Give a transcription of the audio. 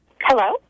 hello